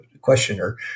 questioner